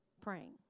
praying